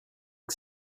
que